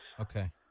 Okay